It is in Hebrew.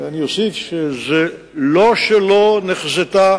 אני אוסיף שזה לא שלא נחזתה